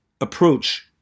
approach